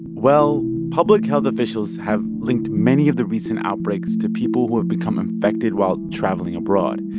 well, public health officials have linked many of the recent outbreaks to people who have become infected while traveling abroad.